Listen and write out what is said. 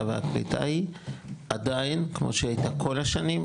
והקליטה היא עדין כמו שהיא הייתה כל השנים,